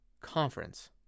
conference